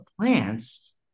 plants